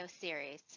series